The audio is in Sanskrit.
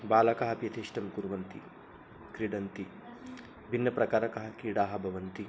बालकाः अपि यथेष्टं कुर्वन्ति क्रीडन्ति भिन्नप्रकारकाः क्रीडाः भवन्ति